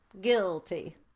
guilty